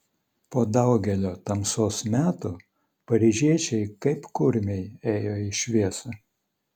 po daugelio tamsos metų paryžiečiai kaip kurmiai ėjo į šviesą